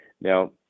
Now